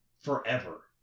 forever